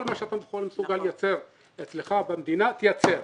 כל מה שאתה מסוגל לייצר אצלך במדינה תייצר.